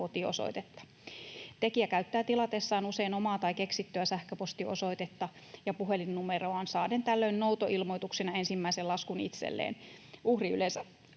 Tekijä käyttää tilatessaan usein omaa tai keksittyä sähköpostiosoitetta ja puhelinnumeroaan saaden tällöin noutoilmoituksen ja ensimmäisen laskun itselleen. Uhri yleensä